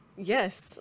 Yes